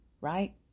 right